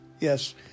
Yes